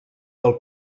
del